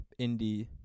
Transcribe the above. indie